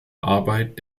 arbeit